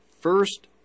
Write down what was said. First